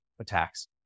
attacks